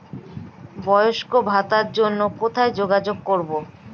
বয়স্ক ভাতার জন্য কোথায় যোগাযোগ করব?